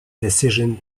decision